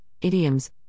idioms